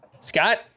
Scott